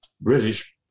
British